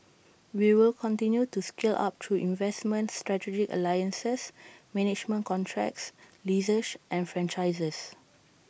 we will continue to scale up through investments strategic alliances management contracts leases and franchises